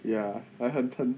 ya I 很很